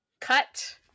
cut